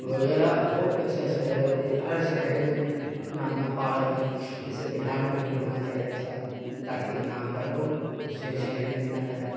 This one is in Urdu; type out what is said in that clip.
وغیرہ بہت ایسا شہر ہے کہ ہر شہر میں اپنا اپنا پارک ہے جیسے بہار میں بھی ہونا چاہیے ایسا تاکہ یہاں کا لوگ دوسرے شہر میں نہ جائے